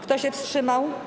Kto się wstrzymał?